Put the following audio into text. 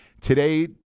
Today